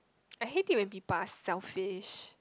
I hate it when people are selfish